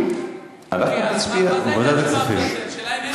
אבל ראש הממשלה שלך נותן, מה לעשות.